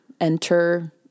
enter